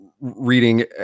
reading